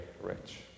rich